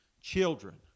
children